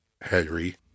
Henry